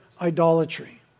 idolatry